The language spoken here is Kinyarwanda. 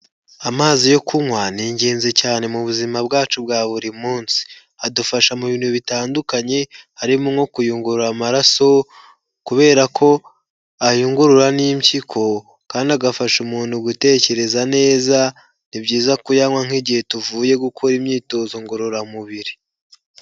Amazi yo kunywa ni ingenzi cyane mu buzima bwacu bwa buri munsi adufasha mu bintu bitandukanye harimo nko kuyungurura amaraso kubera ko ayungurura n'impyiko kandi agafasha umuntu gutekereza neza ni byiza kuyanywa nk'igihe tuvuye gukora imyitozo ngororamubiri